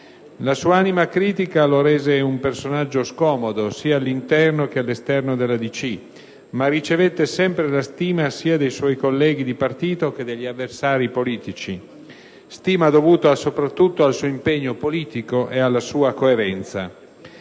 La sua anima critica lo rese un personaggio scomodo sia all'interno che all'esterno della DC, ma ricevette sempre la stima sia dei suoi colleghi di partito che degli avversari politici, stima dovuta soprattutto al suo impegno politico e alla sua coerenza.